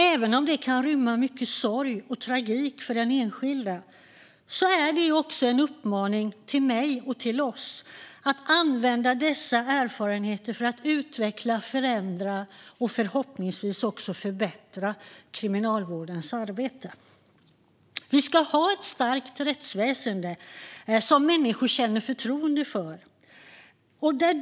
Även om det kan rymma mycket sorg och tragik hos den enskilde är det en uppmaning till mig och till oss att använda dessa erfarenheter för att utveckla, förändra och förhoppningsvis också förbättra kriminalvårdens arbete. Vi ska ha ett starkt rättsväsen som människor känner förtroende för.